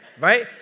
Right